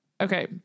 Okay